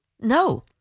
No